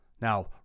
Now